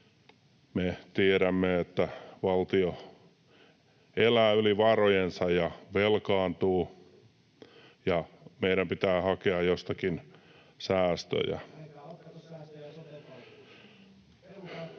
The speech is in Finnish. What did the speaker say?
Me tiedämme, että valtio elää yli varojensa ja velkaantuu ja meidän pitää hakea jostakin säästöjä.